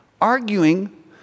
arguing